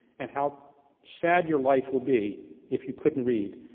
and how sad your life would be if you couldn't read.